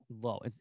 Low